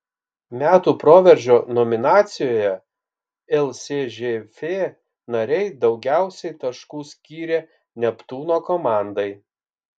metų proveržio nominacijoje lsžf nariai daugiausiai taškų skyrė neptūno komandai